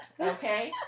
Okay